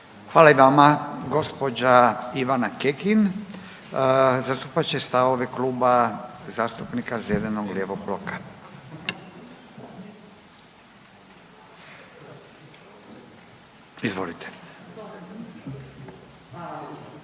Hvala i vama. Gospođa Ivana Kekin zastupat će stavove Kluba zastupnika zeleno-lijevog bloka. Izvolite.